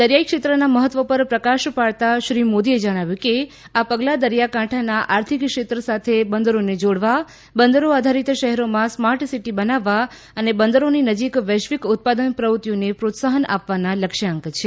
દરિયાઇ ક્ષેત્રના મહત્વ પર પ્રકાશ પડતાં શ્રી મોદીએ જણાવ્યું કે આ પગલાં દરિયાકાંઠાના આર્થિક ક્ષેત્ર સાથે બંદરોને જોડવા બંદરો આધારિત શહેરોમાં સ્માર્ટ સિટી બનાવવા અને બંદરોની નજીક વૈશ્વિક ઉત્પાદન પ્રવૃત્તિઓને પ્રોત્સાહન આપવાના લક્ષ્યાંક છે